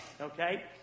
Okay